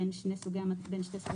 בין שני סוגי המצלמות.